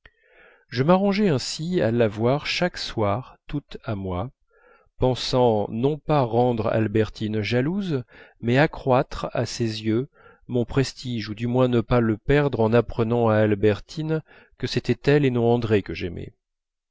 je m'arrangeais ainsi à l'avoir chaque soir toute à moi pensant non pas rendre albertine jalouse mais accroître à ses yeux mon prestige ou du moins ne pas le perdre en apprenant à albertine que c'était elle et non andrée que j'aimais